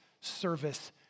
service